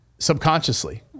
subconsciously